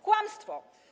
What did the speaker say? Kłamstwo.